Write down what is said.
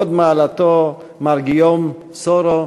הוד מעלתו מר גיום סורו.